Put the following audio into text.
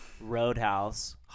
Roadhouse